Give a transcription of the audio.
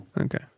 Okay